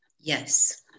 Yes